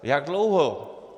Jak dlouho?